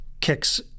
kicks